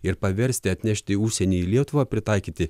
ir paversti atnešti užsienį į lietuvą pritaikyti